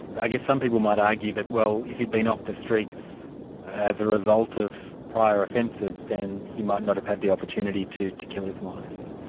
i guess some people might argue that well, if he'd been off the streets as a result of prior offences, then he might not have had the opportunity to to kill his wife.